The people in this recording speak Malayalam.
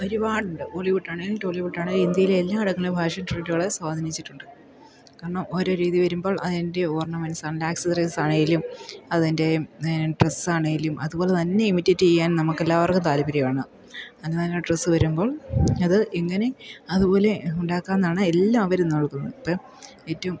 ഒരുപാടുണ്ട് ബോളിവുഡ് ആണെങ്കിലും കോളിവുഡ് ആണെങ്കിലും ഇന്ത്യയിലെ എല്ലാ ഇടങ്ങളും ഫാഷൻ ട്രെൻഡുകളെ സ്വാധീനിച്ചിട്ടുണ്ട് കാരണം ഓരോ രീതി വരുമ്പോൾ അതിൻ്റെ ഓർണമെൻ്റ്സ് ആണെങ്കിലും ആക്സസ്സറീസ് ആണെങ്കിലും അതിൻ്റെ ഡ്രസ്സാണെങ്കിലും അതുപോലെതന്നെ ഇമിറ്റേറ്റ് ചെയ്യാൻ നമുക്ക് എല്ലാവർക്കും താല്പര്യമാണ് നല്ല നല്ല ഡ്രെസ്സ് വരുമ്പോൾ അത് എങ്ങനെ അതുപോലെ ഉണ്ടാക്കാം എന്നാണ് എല്ലാവരും നോക്കുന്നത് ഏറ്റവും